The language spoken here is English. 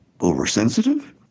oversensitive